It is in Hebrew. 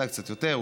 אולי קצת יותר,